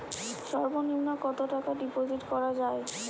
সর্ব নিম্ন কতটাকা ডিপোজিট করা য়ায়?